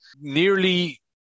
nearly